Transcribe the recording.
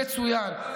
מצוין.